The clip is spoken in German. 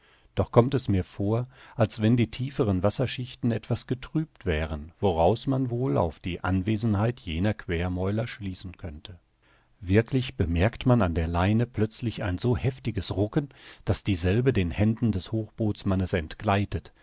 doch kommt es mir vor als wenn die tieferen wasserschichten etwas getrübt wären woraus man wohl auf die anwesenheit jener quermäuler schließen könnte wirklich bemerkt man an der leine plötzlich ein so heftiges rucken daß dieselbe den händen des hochbootsmannes entgleitet